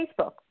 Facebook